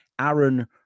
Aaron